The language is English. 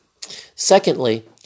Secondly